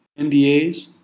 NDAs